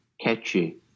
catchy